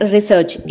Research